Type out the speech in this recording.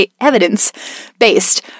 Evidence-Based